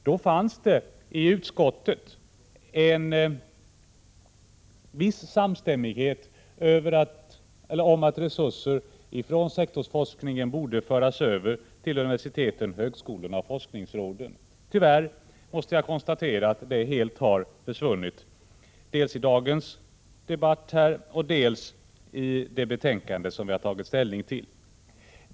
Då fanns det i utskottet en viss samstämmighet om att resurser från sektorsforskningen borde föras över till universiteten, högskolorna och forskningsråden. Tyvärr måste jag konstatera att detta helt har försvunnit dels från dagens debatt, dels från det betänkande vi skall ta ställning till.